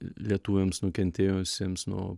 lietuviams nukentėjusiems nuo